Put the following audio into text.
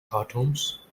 cartoons